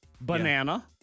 Banana